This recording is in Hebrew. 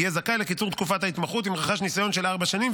יהיה זכאי לקיצור תקופת ההתמחות אם רכש ניסיון של ארבע שנים,